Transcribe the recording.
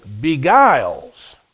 beguiles